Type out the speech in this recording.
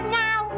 now